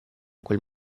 quel